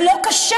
זה לא כשר.